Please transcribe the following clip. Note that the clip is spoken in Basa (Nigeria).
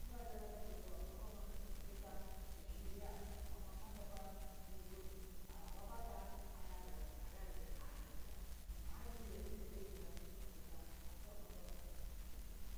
Mun ga jalaka ma gba ma ujita ushi ri ya mashapa ya biyuku mi ababa ata iyari ajiji ya a jiji ya a hasagaji ya ujuta na gomo a shapi bu